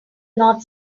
not